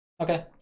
Okay